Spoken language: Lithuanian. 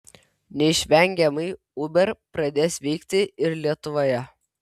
neišvengiamai uber pradės veikti ir lietuvoje